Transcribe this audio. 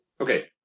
Okay